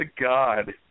God